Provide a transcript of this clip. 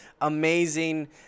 amazing